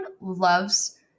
loves